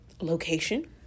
location